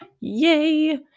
Yay